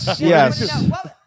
yes